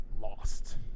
lost